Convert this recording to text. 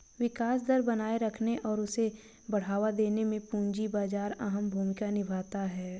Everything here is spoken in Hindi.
विकास दर बनाये रखने और उसे बढ़ावा देने में पूंजी बाजार अहम भूमिका निभाता है